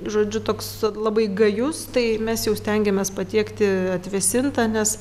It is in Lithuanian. žodžiu toks labai gajus tai mes jau stengiamės patiekti atvėsintą nes